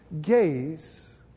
gaze